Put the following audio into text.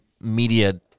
media